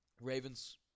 Ravens